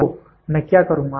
तो मैं क्या करुंगा